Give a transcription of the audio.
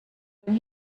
when